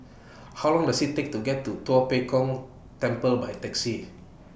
How Long Does IT Take to get to Tua Pek Kong Temple By Taxi